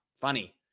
funny